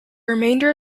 remainder